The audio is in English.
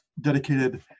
dedicated